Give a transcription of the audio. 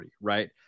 right